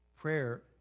prayer